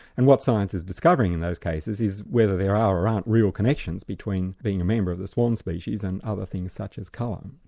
and what science is discovering in those cases is whether there are or aren't real connections between being a member of the swan species and other things such as colour.